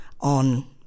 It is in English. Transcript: on